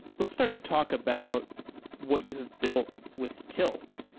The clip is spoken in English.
let's start to talk about what you have built with tilt.